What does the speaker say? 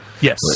Yes